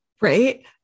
right